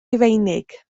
rufeinig